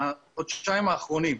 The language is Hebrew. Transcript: מהחודשיים האחרונים,